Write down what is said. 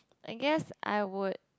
I guess I would